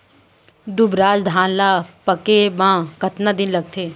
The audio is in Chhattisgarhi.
दुबराज धान ला पके मा कतका दिन लगथे?